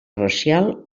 racial